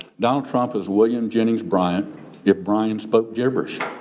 donald trump is william jennings bryan if bryan spoke gibberish.